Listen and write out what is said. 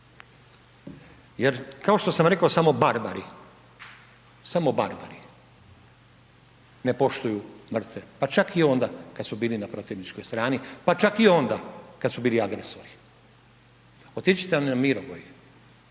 jer kao što sam rekao samo barbari, samo barbari ne poštuju mrtve pa čak i onda kada su bili na protivničkoj strani pa čak i onda kada su bili agresori. Otiđite na Mirogoj.